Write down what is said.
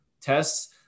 tests